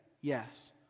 Yes